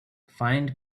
find